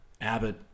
Abbott